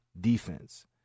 defense